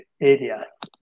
areas